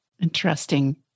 Interesting